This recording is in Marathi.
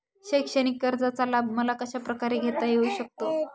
शैक्षणिक कर्जाचा लाभ मला कशाप्रकारे घेता येऊ शकतो?